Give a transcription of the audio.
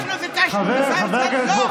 חבר הכנסת מולא,